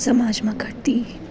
સમાજમાં ઘડતી